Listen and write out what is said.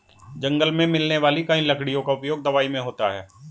जंगल मे मिलने वाली कई लकड़ियों का उपयोग दवाई मे होता है